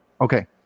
Okay